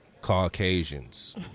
Caucasians